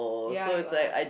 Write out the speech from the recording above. ya you are